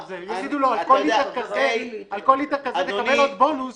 יגידו לו, על כל ליטר כזה תקבל עוד בונוס.